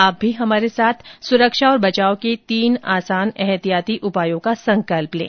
आप भी हमारे साथ सुरक्षा और बचाव के तीन आसान एहतियाती उपायों का संकल्प लें